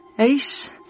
Ace